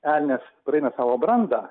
elnias praeina savo brandą